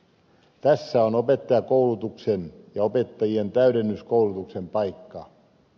tässä on opettajakoulutuksen ja opettajien täydennyskoulutuksen paikka